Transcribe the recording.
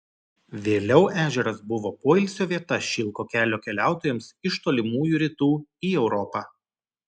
vėliau ežeras buvo poilsio vieta šilko kelio keliautojams iš tolimųjų rytų į europą